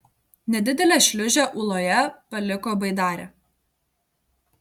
nedidelę šliūžę ūloje paliko baidarė